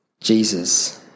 Jesus